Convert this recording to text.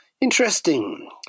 Interesting